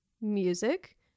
music